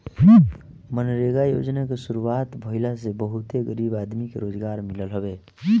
मनरेगा योजना के शुरुआत भईला से बहुते गरीब आदमी के रोजगार मिलल हवे